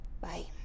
Bye